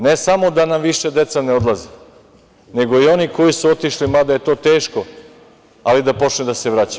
Ne samo da nam više deca ne odlaze, nego i oni koji su otišli, mada je to teško, ali da počnu da se vraćaju.